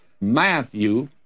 Matthew